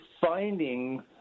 finding